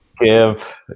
Give